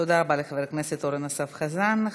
תודה רבה לחבר הכנסת אורן אסף חזן.